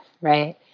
right